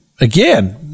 again